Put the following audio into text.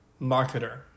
marketer